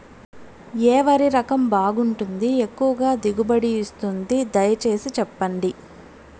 ఏ వరి రకం బాగుంటుంది, ఎక్కువగా దిగుబడి ఇస్తుంది దయసేసి చెప్పండి?